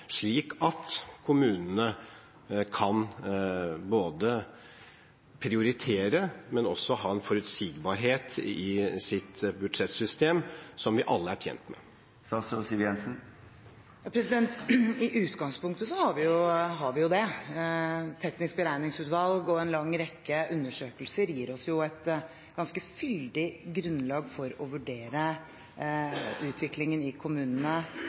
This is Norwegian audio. slik at kommunene kan både prioritere og ha en forutsigbarhet i sitt budsjettsystem som vi alle er tjent med? I utgangspunktet har vi det. Teknisk beregningsutvalg og en lang rekke undersøkelser gir oss et ganske fyldig grunnlag for å vurdere utviklingen i kommunene